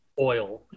oil